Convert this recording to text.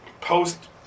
post